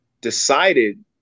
decided